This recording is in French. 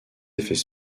effets